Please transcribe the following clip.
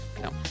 No